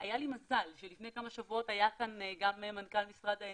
היה לי מזל שלפני כמה שבועות היה כאן גם מנכ"ל משרד האנרגיה,